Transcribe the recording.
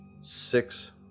six